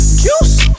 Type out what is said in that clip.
juice